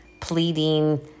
pleading